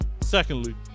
Secondly